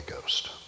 Ghost